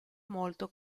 molto